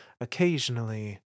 Occasionally